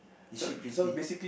is she pretty